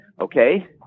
okay